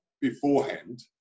beforehand